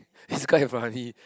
is quite funny